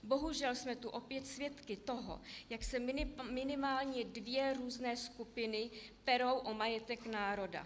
Bohužel jsme tu opět svědky toho, jak se minimálně dvě různé skupiny perou o majetek národa.